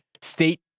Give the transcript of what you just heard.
state